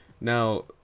Now